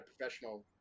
professional